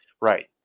Right